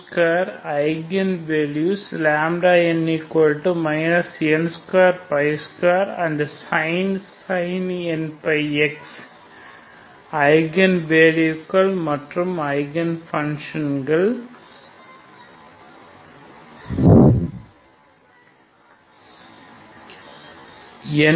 λ2 eigen வேல்யூகள் n n22 andsin nπx eigen வேல்யூகள் மற்றும் ஐகன் பங்க்ஷன் களை முறை